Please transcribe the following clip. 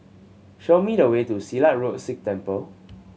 show me the way to Silat Road Sikh Temple